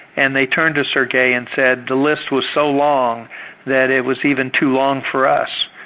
and they turned to sergei and said, the list was so long that it was even too long for us.